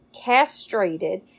castrated